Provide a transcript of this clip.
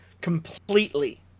completely